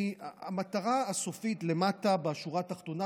בשורה התחתונה,